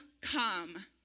come